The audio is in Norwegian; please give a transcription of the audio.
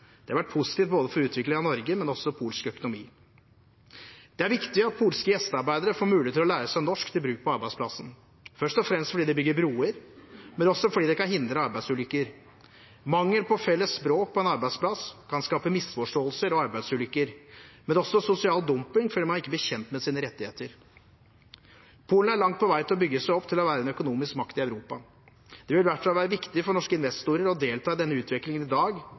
Det har vært positivt for utviklingen av Norge, men også for polsk økonomi. Det er viktig at polske gjestearbeidere får mulighet til å lære seg norsk til bruk på arbeidsplassen, først og fremst fordi det bygger broer, men også fordi det kan hindre arbeidsulykker. Mangel på felles språk på en arbeidsplass kan skape misforståelser og arbeidsulykker, men også sosial dumping fordi man ikke blir kjent med sine rettigheter. Polen er langt på vei til å bygge seg opp til å være en økonomisk makt i Europa. Det vil derfor være viktig for norske investorer å delta i denne utviklingen i dag